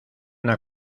una